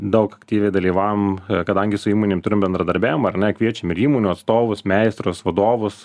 daug aktyviai dalyvaujam kadangi su įmonėm turim bendradarbiavimą ar ne kviečiam ir įmonių atstovus meistrus vadovus